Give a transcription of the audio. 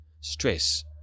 stress